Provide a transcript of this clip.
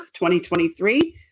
2023